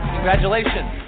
Congratulations